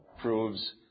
proves